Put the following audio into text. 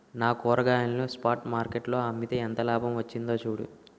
నా కూరగాయలను spot market లో అమ్మితే ఎంత లాభం వచ్చిందో చూడు